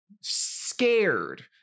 scared